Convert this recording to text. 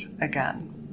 again